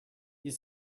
you